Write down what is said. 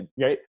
Right